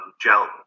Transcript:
gel